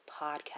Podcast